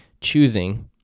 choosing